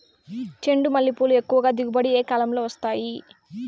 చెండుమల్లి పూలు ఎక్కువగా దిగుబడి ఏ కాలంలో వస్తాయి